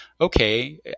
okay